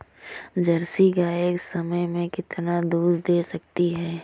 Jersey गाय एक समय में कितना दूध दे सकती है?